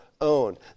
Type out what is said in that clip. own